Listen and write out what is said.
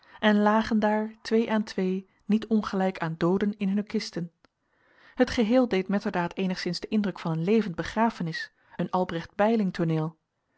en lagen daar twee aan twee niet ongelijk aan dooden in hunne kisten het geheel deed metterdaad eenigszins den indruk van een levendbegrafeniseen albrecht beyling tooneel